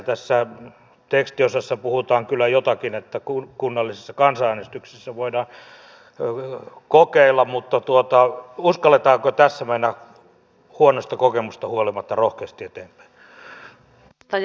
tässä tekstiosassa puhutaan kyllä jotakin että kunnallisessa kansanäänestyksessä voidaan kokeilla mutta uskalletaanko tässä mennä huonosta kokemuksesta huolimatta rohkeasti eteenpäin